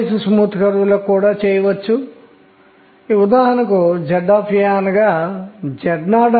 ఇవి మనం సరిగ్గా నేర్చుకున్న దానికి విరుద్ధంగా ఉన్నాయి